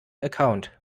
account